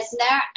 Lesnar